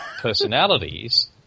personalities